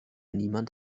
niemand